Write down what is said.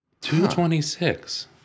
226